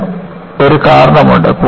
അതിന് ഒരു കാരണമുണ്ട്